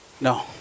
No